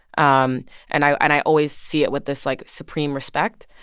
um and i always see it with this, like, supreme respect.